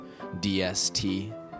DST